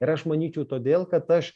ir aš manyčiau todėl kad aš